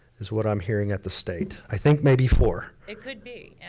it's what i'm hearing at the state. i think maybe four. it could be!